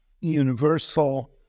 universal